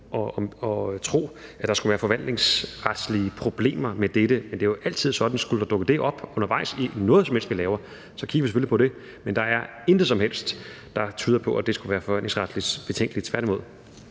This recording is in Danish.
at tro, at der skulle være forvaltningsretlige problemer med dette. Men det er jo altid sådan, at skulle der dukke det op undervejs i forbindelse med noget som helst, vi laver, kigger vi selvfølgelig på det, men der er intet som helst, der tyder på, at det her skulle være forvaltningsretligt betænkeligt – tværtimod.